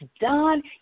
done